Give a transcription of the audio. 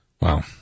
Wow